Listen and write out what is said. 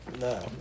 No